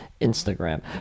Instagram